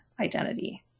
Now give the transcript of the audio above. identity